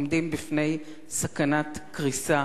עומדים בפני סכנת קריסה.